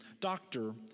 Doctor